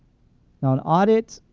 now, an audit